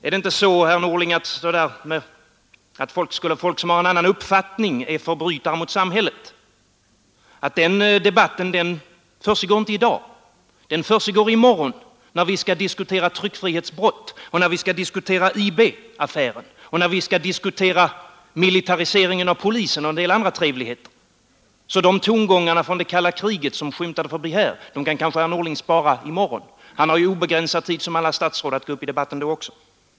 Är det inte så, statsrådet Norling, att debatten om att folk som har annan uppfattning är förbrytare mot samhället, den försiggår i dag, den försiggår i morgon när vi skall diskutera tryckfrihetsbrott och IB-affären, militariseringen av polisen och andra trevligheter. Tongångarna från det kalla kriget, som skymtade förbi här, kan kanske herr Norling spara till i morgon. Han har obegränsad tid, som alla statsråd, att gå upp i debatten då också.